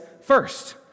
first